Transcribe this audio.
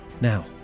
Now